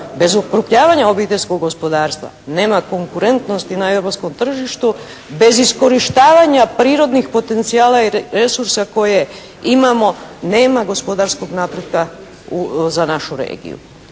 Bez okrupnjavanja obiteljskog gospodarstva nema konkurentnosti na europskom tržištu. Bez iskorištavanja prirodnih potencijala i resursa koje imamo nema gospodarskog napretka za našu regiju.